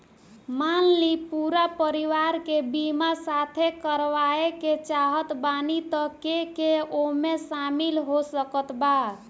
मान ली पूरा परिवार के बीमाँ साथे करवाए के चाहत बानी त के के ओमे शामिल हो सकत बा?